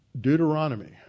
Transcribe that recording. Deuteronomy